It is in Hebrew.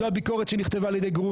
זו הביקורת שנכתבה על ידי גרוניס,